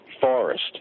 forest